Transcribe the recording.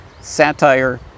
satire